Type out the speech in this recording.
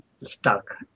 stuck